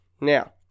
Now